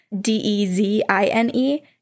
D-E-Z-I-N-E